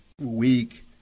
week